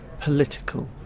political